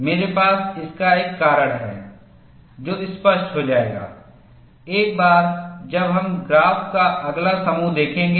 मेरे पास इसका एक कारण है जो स्पष्ट हो जाएगा एक बार जब हम ग्राफ़ का अगला समूह देखेंगे